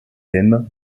thème